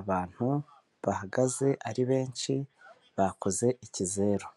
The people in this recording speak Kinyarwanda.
Abantu bahagaze ari benshi bakoze ikizeru,